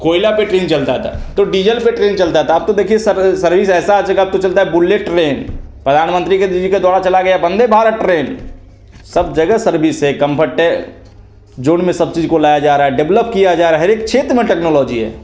कोयले पर ट्रेन चलती थी तो डीजल पर ट्रेन चलती थी अब तो देखिए सर्विस ऐसी आ चूकी है अब तो चलती है बुलेट ट्रेन प्रधानमंत्री वंदे भारत ट्रेन सब जगह सर्बिस है कम्फर्ट है जोन में सब चीज़ को लाया जा रहा डेब्लप किया जा रहा है हर एक क्षेत्र में टेक्नोलॉजी है